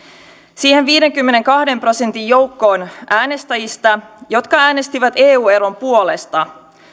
siihen viidenkymmenenkahden prosentin joukkoon äänestäjistä jotka äänestivät eu eron puolesta